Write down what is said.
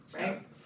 Right